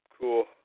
cool